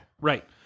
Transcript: Right